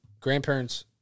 grandparents